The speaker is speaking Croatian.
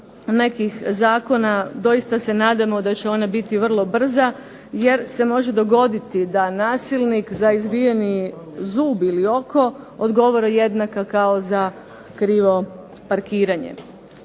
nekih zakona. Doista se nadamo da će ona biti vrlo brza, jer se može dogoditi da nasilnik za izbijeni zub ili oko odgovara jednako kao za krivo parkiranje.